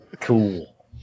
cool